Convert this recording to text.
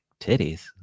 titties